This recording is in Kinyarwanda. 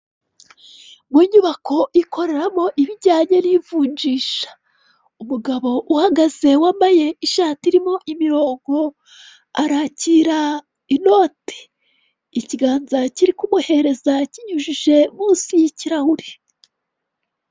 Ni inyubako ikoreramo ijyanye n'ivunjisha. Umugabo uhagaze wambaye ishati irimo imirongo arakira inote, Ikiganza kiri kubohereza kinyujije munsi y'kirahure.